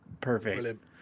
perfect